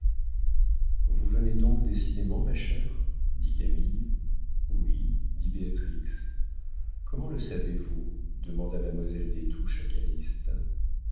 vous venez donc décidément ma chère dit camille oui dit béatrix comment le savez-vous demanda mademoiselle des touches